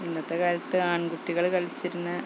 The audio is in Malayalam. ഇന്നത്തെ കാലത്ത് ആൺ കുട്ടികൾ കളിച്ചിരുന്ന